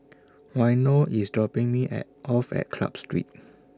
Waino IS dropping Me At off At Club Street